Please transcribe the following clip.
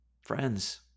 Friends